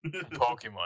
Pokemon